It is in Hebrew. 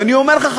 ואני אומר לך,